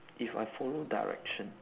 if I follow direction